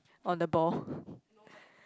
on the ball